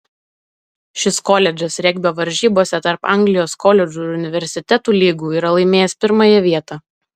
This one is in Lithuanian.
šis koledžas regbio varžybose tarp anglijos koledžų ir universitetų lygų yra laimėjęs pirmąją vietą